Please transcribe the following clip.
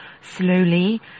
slowly